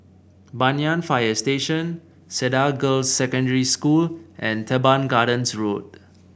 Banyan Fire Station Cedar Girls' Secondary School and Teban Gardens Road